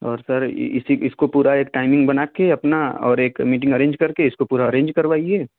और सर इसी इसको पूरा एक टाइमिंग बना कर अपना और एक मीटिंग अरेंज करके इसको पूरा अरेंज करवाइए